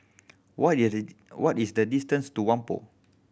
what is the what is the distance to Whampoa